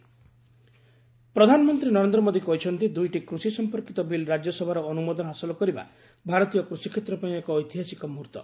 PM farm bill ପ୍ରଧାନମନ୍ତ୍ରୀ ନରେନ୍ଦ୍ର ମୋଦୀ କହିଛନ୍ତି ଦୁଇଟି କୃଷି ସମ୍ପର୍କିତ ବିଲ୍ ରାଜ୍ୟସଭାର ଅନୁମୋଦନ ହାସଲ କରିବା ଭାରତୀୟ କୃଷିକ୍ଷେତ୍ର ପାଇଁ ଏକ ଐତିହାସିକ ମୁହୁର୍ତ